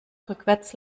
rückwärts